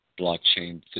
blockchain